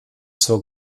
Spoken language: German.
zur